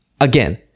Again